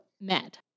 met